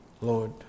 Lord